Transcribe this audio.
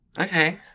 Okay